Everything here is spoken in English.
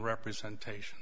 representation